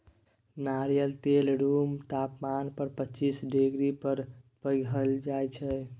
नारियल तेल रुम तापमान पर पचीस डिग्री पर पघिल जाइ छै